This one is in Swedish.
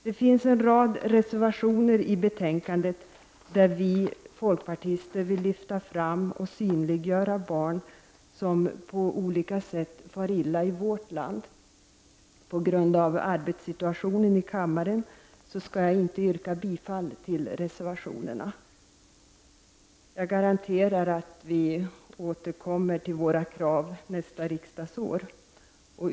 Det finns en rad reservationer i betänkandet, där vi folkpartister vill lyfta fram och synliggöra barn som på olika sätt far illa i vårt land. På grund av arbetssituationen i kammaren skall jag inte yrka bifall till reservationerna. Jag garanterar att vi återkommer till våra krav nästa riksdagsår.